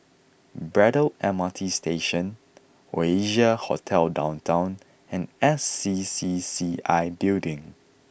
Braddell M R T Station Oasia Hotel Downtown and S C C C I Building